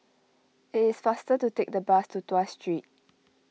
it is faster to take the bus to Tuas Street